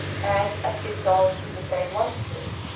and, as he thought, in the same longitude.